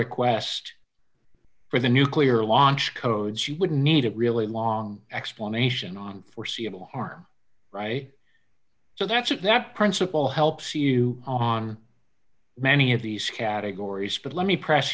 request for the nuclear launch codes you would need a really long explanation on foreseeable harm right so that's what that principle helps you on many of these categories but let me pre